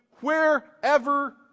wherever